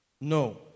No